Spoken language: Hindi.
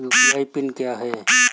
यू.पी.आई पिन क्या है?